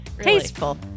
Tasteful